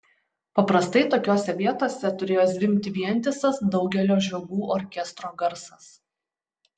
paprastai tokiose vietose turėjo zvimbti vientisas daugelio žiogų orkestro garsas